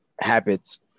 habits